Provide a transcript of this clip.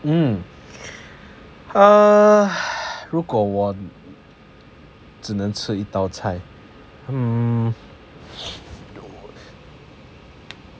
mm err 如果我只能吃一道菜 um